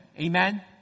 Amen